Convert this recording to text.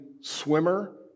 swimmer